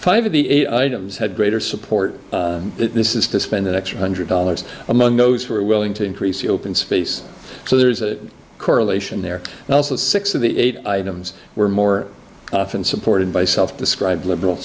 five of the eight items had greater support this is to spend an extra hundred dollars among those who are willing to increase the open space so there's a correlation there and also six of the eight items were more often supported by self described liberal